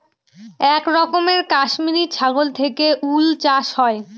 এক রকমের কাশ্মিরী ছাগল থেকে উল চাষ হয়